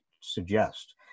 suggest